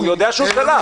הוא יודע שהוא שלח.